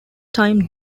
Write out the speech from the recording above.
time